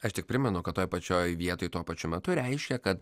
aš tik primenu kad toj pačioj vietoj tuo pačiu metu reiškia kad